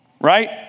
right